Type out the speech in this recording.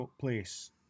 place